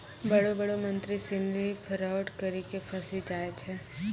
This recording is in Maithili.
बड़ो बड़ो मंत्री सिनी फरौड करी के फंसी जाय छै